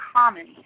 common